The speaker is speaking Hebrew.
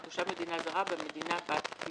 שבבעלותה כחשבון של תושב מדינה זרה במדינה בת דיווח,